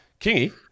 Kingy